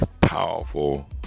powerful